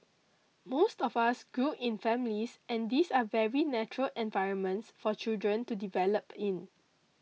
most of us grew in families and these are very natural environments for children to develop in